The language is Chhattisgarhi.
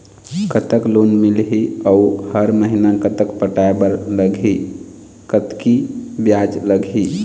कतक लोन मिलही अऊ हर महीना कतक पटाए बर लगही, कतकी ब्याज लगही?